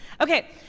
Okay